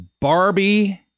Barbie